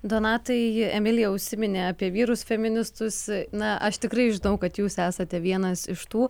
donatai emilija užsiminė apie vyrus feministus na aš tikrai žinau kad jūs esate vienas iš tų